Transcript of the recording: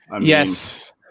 yes